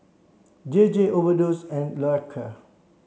J J Overdose and Loacker